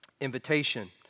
invitation